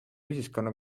ühiskonna